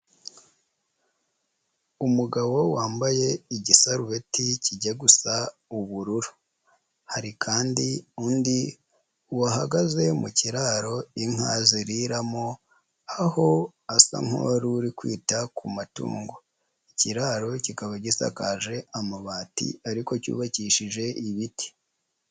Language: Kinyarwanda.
Umugabo wambaye igisarureti kijya gusa ubururu, hari kandi undi uhagaze mu kiraro inka ziriramo, aho asa nk'uwari uri kwita ku matungo, ikiraro kikaba gisakaje amabati ariko cyubakishije ibiti.